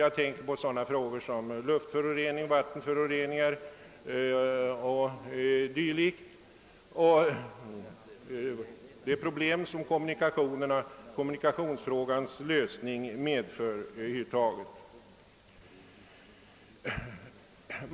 Jag tänker på sådana saker som luftföroreningar, vattenföroreningar och de problem som kommunikationsfrågans lösning medför.